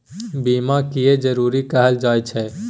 बीमा किये जरूरी कहल जाय छै?